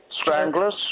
Stranglers